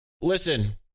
listen